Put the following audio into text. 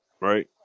Right